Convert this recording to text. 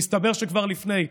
מסתבר שכבר לפני,